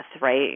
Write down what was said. right